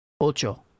Ocho